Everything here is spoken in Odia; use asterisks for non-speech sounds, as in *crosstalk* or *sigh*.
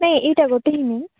ନାଇଁ ଏଇଟା ଗୋଟେ *unintelligible* ନାଇଁ